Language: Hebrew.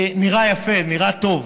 נראה יפה, נראה טוב.